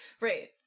Right